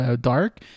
dark